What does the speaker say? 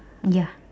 ya